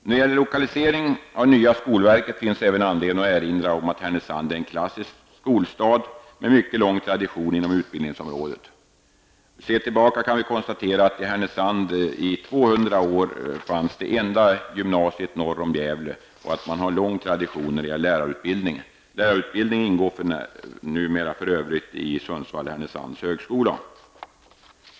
När det gäller lokalisering av det nya skolverket finns det även anledning att erinra om att Härnösand är en klassisk skolstad med mycket lång tradition inom utbildningsområdet. Om vi ser tillbaka kan vi konstatera att det i Härnösand under Man har en lång tradition även inom lärarutbildningen. Lärarutbildningen sker numera för övrigt på Sundsvall/Härnösands högskola.